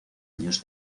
años